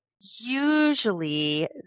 usually